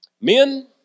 men